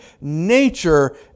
nature